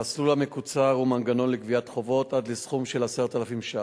המסלול המקוצר הוא מנגנון לגביית חובות עד לסכום של 10,000 ש"ח,